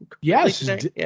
Yes